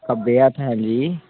ਖੱਬੇ ਹੱਥ ਹਾਂਜੀ